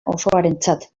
osoarentzat